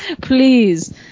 please